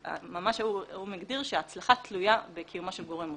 האו"ם ממש הגדיר שההצלחה תלויה בקיומו של גורם מוסדי.